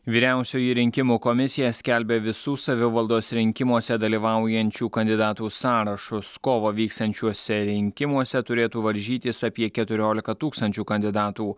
vyriausioji rinkimų komisija skelbia visų savivaldos rinkimuose dalyvaujančių kandidatų sąrašus kovą vyksiančiuose rinkimuose turėtų varžytis apie keturiolika tūkstančių kandidatų